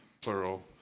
plural